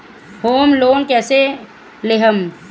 Home loan कैसे लेहम?